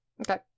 Okay